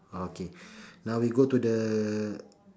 okay now we go to the